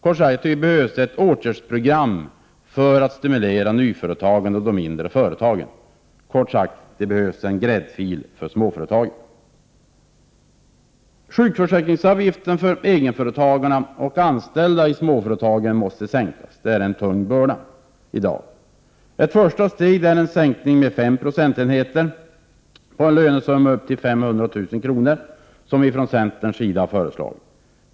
Det behövs ett åtgärdsprogram för att stimulera nyföretagandet och de mindre företagen. Kort sagt behövs det en ”gräddfil” för småföretagen. Sjukförsäkringsavgiften för egenföretagarna och anställda i småföretagen måste sänkas. Den är i dag en tung börda. Ett första steg är en sänkning med 5 procentenheter på en lönesumma upp till 500 000 kr., som vi ifrån centerns sida föreslår.